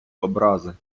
образи